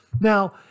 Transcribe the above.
now